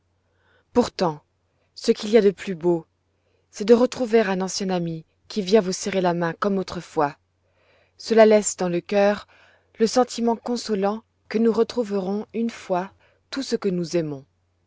pourtant ce qu'il y a de plus beau c'est de retrouver un ancien ami qui vient vous serrer la main comme autrefois cela laisse dans le cœur le sentiment consolant que nous retrouverons une fois tout ce que nous aimons